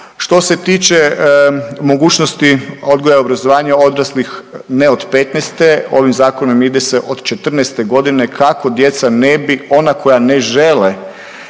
Što se tiče mogućnosti odgoja i obrazovanja odraslih ne od 15-te, ovim zakonom ide se od 14 godine kako djeca ne bi, ona koja ne žele